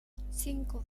cinco